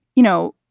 you know,